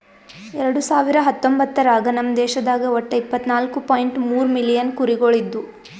ಎರಡು ಸಾವಿರ ಹತ್ತೊಂಬತ್ತರಾಗ ನಮ್ ದೇಶದಾಗ್ ಒಟ್ಟ ಇಪ್ಪತ್ನಾಲು ಪಾಯಿಂಟ್ ಮೂರ್ ಮಿಲಿಯನ್ ಕುರಿಗೊಳ್ ಇದ್ದು